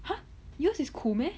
!huh! yours is 苦 meh